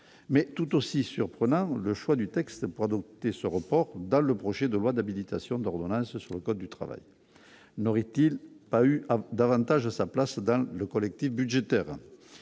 mais tout aussi surprenant le choix du texte pour adopter ce report dans le projet de loi d'habilitation d'ordonnances sur le code du travail, n'aurait-il pas eu davantage sa place dans le collectif budgétaire,